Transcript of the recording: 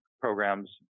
programs